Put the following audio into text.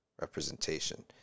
representation